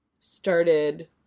started